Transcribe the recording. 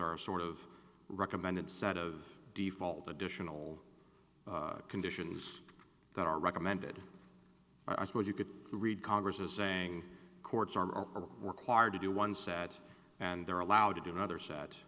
a sort of recommended set of default additional conditions that are recommended i suppose you could read congress as saying courts are required to do one set and they're allowed to do another s